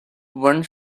one